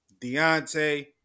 Deontay